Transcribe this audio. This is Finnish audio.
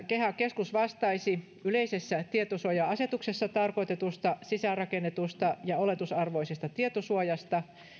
keha keskus vastaisi yleisessä tietosuoja asetuksessa tarkoitetusta sisäänrakennetusta ja oletusarvoisesta tietosuojasta